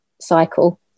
cycle